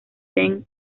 ten